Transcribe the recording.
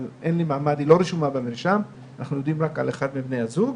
אבל היא לא רשומה במרשם ואנחנו יודעים רק על אחד מבני הזוג.